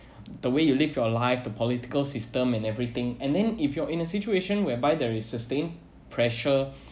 the way you live your life the political system and everything and then if you are in a situation whereby there is sustained pressure